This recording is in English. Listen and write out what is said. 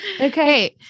Okay